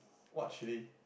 what chilli